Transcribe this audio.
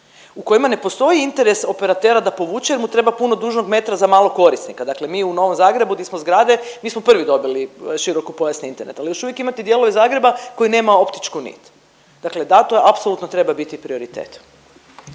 u kojima ne postoji interes operatera da povuče jer mu treba puno dužnog metra za malo korisnika, dakle mi u Novom Zagrebu di smo zgrade, mi smo prvi dobili širokopojasni internet, ali još uvijek imate dijelove Zagreba koji nema optičku nit. Dakle da, to je apsolutno treba biti prioritet.